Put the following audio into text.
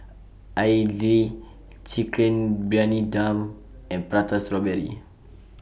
Idly Chicken Briyani Dum and Prata Strawberry